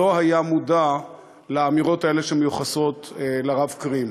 לא היה מודע לאמירות האלה, שמיוחסות לרב קרים.